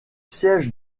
siège